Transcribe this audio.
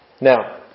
Now